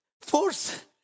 force